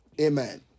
Amen